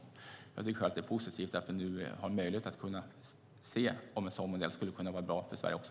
Jag tycker i alla fall att det är positivt att man nu har möjlighet att se om en sådan modell skulle kunna vara bra för Sverige också.